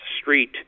street